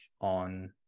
on